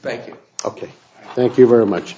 thank you ok thank you very much